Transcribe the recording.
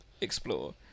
explore